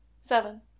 seven